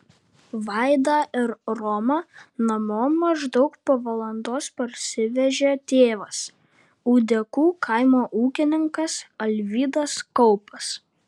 vaidą ir romą namo maždaug po valandos parsivežė tėvas ūdekų kaimo ūkininkas alvydas kaupas